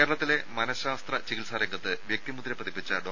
കേരളത്തിലെ മനഃശാസ്ത്ര ചികിത്സാരംഗത്ത് വ്യക്തിമുദ്ര പതിപ്പിച്ച ഡോ